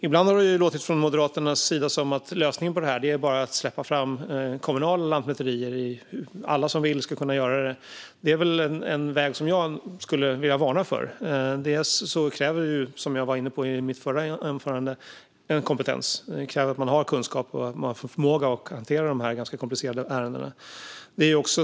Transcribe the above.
Ibland har det från Moderaternas håll låtit som att lösningen på detta bara är att släppa fram kommunala lantmäterier - alla som vill ska kunna göra det här. Det är en väg som jag vill varna för. Som jag var inne på i mitt förra inlägg krävs kompetens för detta. Det krävs att man har kunskap och förmåga för att hantera dessa ganska komplicerade ärenden.